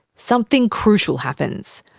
something crucial happens.